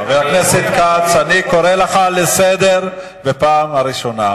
חבר הכנסת כץ, אני קורא לך לסדר בפעם הראשונה.